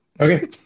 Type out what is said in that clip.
Okay